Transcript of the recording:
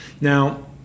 Now